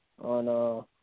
on